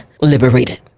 liberated